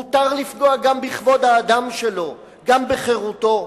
מותר לפגוע גם בכבוד האדם שלו, גם בחירותו.